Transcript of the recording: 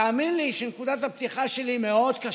תאמין לי שנקודת הפתיחה שלי קשה מאוד,